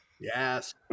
Yes